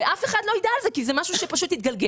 אף אחד לא יידע על זה, כי זה משהו שפשוט יתגלגל.